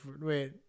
Wait